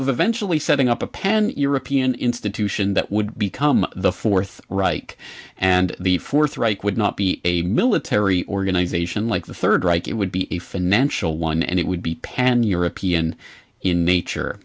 eventually setting up a pen european institution that would become the fourth reich and the fourth reich would not be a military organization like the third reich it would be a financial one and it would be pan european in nature